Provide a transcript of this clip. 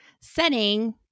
Setting